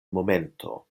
momento